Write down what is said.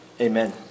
Amen